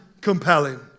compelling